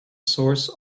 source